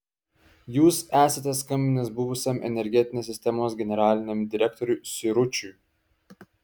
jūs esate skambinęs buvusiam energetinės sistemos generaliniam direktoriui siručiui